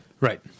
Right